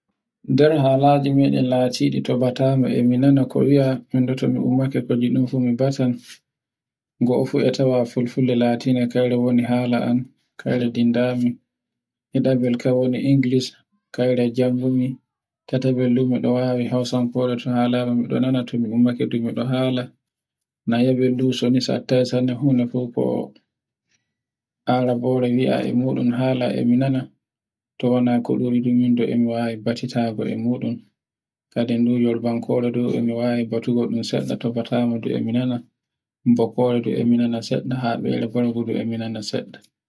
nder halaji meden latindi to batani e minana ko wiya, min ɗon to mi ummake ko ngiɗɗimi fu mi batan goo fu e tawn fulfulde latinde kayre woni hala am kayre dindami ɗiɗabel kan woni Inglis, kayre janngumi, tatabe moɗo wawi Hausankore to halare miɗo nana to mi ummaka miɗo hala. nayobe ndu suna satte fu sanne funa fu ko Arabore wia a muɗum hala e mi nana, ko wana ko ɗu windi e mi wawi batitago e muɗun, kadin ɗu Yarbankore e ɗu mi wawi batugo ɗn seɗɗa to fotaimi e mi nana, bokoje e mi nana seɗɗa habire burgu e mi nana seɗɗa.